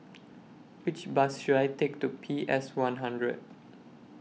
Which Bus should I Take to P S one hundred